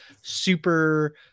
super